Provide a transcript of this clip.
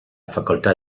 facoltà